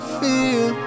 feel